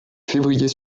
février